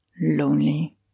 Lonely